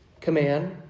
command